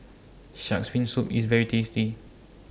Shark's Fin Soup IS very tasty